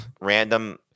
random